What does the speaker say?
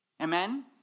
Amen